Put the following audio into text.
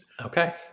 okay